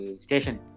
station